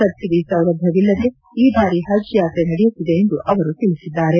subsidy ಸೌಲಭ್ಯವಿಲ್ಲದೆ ಈ ಬಾರಿ ಹಜ್ ಯಾತ್ರೆ ನಡೆಯುತ್ತಿದೆ ಎಂದು ಅವರು ತಿಳಿಸಿದ್ದಾರೆ